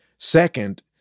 second